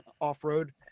off-road